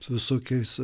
su visokiais